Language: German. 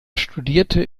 studierte